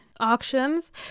auctions